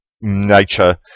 nature